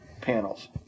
panels